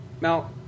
Now